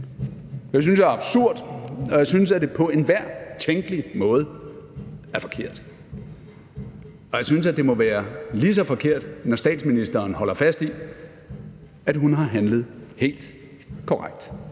Det synes jeg er absurd, og jeg synes, at det på enhver tænkelig måde er forkert. Og jeg synes, det må være lige så forkert, når statsministeren holder fast i, at hun har handlet helt korrekt.